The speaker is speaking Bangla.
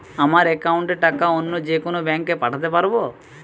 আমার একাউন্টের টাকা অন্য যেকোনো ব্যাঙ্কে পাঠাতে পারব?